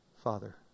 Father